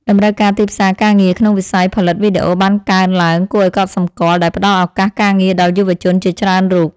តម្រូវការទីផ្សារការងារក្នុងវិស័យផលិតវីដេអូបានកើនឡើងគួរឱ្យកត់សម្គាល់ដែលផ្ដល់ឱកាសការងារដល់យុវជនជាច្រើនរូប។